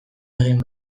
egin